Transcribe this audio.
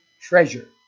treasure